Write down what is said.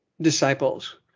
disciples